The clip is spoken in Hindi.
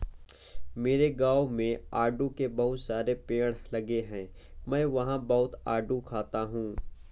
मेरे गाँव में आड़ू के बहुत सारे पेड़ लगे हैं मैं वहां बहुत आडू खाता हूँ